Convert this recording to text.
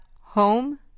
home